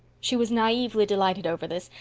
she was naively delighted over this,